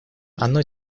оно